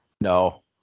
No